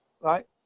right